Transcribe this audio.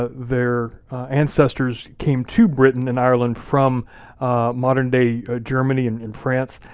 ah their ancestors came to britain and ireland from modern-day ah germany and and france,